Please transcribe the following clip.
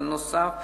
בנוסף,